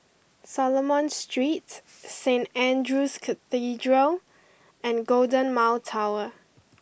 Solomon Street Saint Andrew's Cathedral and Golden Mile Tower